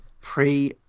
Pre